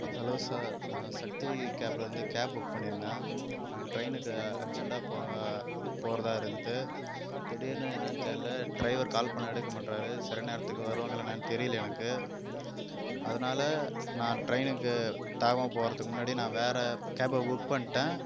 hello sir நான் சக்தி கேப்ல இருந்து கேப் புக் பண்ணியிருந்தேன் நான் ட்ரெயின்னுக்கு அர்ஜெண்ட்டாக போ போறதாக இருந்தது திடீர்னு என்னன்னு தெரியல டிரைவர் கால் பண்ணால் எடுக்க மாட்றார் சில நேரத்துக்கு வருவாங்களா என்னனு தெரியல எனக்கு அதனால நான் ட்ரெயின்னுக்கு தாமா போகிறதுக்கு முன்னாடி நான் வேற கேப்பை புக் பண்ணிட்டேன்